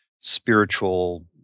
spiritual